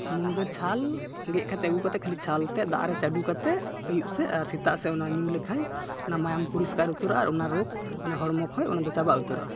ᱢᱩᱱᱜᱟᱹ ᱪᱷᱟᱞ ᱜᱮᱫ ᱠᱟᱛᱮᱫ ᱟᱹᱜᱩ ᱠᱟᱛᱮᱫ ᱠᱷᱟᱹᱞᱤ ᱪᱷᱟᱞᱛᱮᱫ ᱫᱟᱜᱨᱮ ᱪᱟᱰᱚ ᱠᱟᱛᱮᱫ ᱟᱹᱭᱩᱵᱥᱮᱫ ᱟᱨ ᱥᱮᱛᱟᱜᱥᱮᱫ ᱚᱱᱟ ᱧᱩ ᱞᱮᱠᱷᱟᱱ ᱚᱱᱟ ᱢᱟᱭᱟᱢ ᱯᱚᱨᱤᱥᱠᱟᱨ ᱩᱛᱟᱹᱨᱚᱜᱼᱟ ᱟᱨ ᱚᱱᱟ ᱨᱳᱜᱽ ᱚᱱᱟ ᱦᱚᱲᱢᱚ ᱠᱷᱚᱱ ᱚᱱᱟ ᱫᱚ ᱪᱟᱵᱟ ᱩᱛᱟᱹᱨᱚᱜᱼᱟ